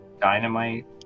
Dynamite